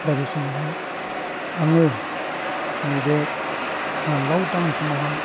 दा बे समावहाय आङो नैबे लकडाउन समावहाय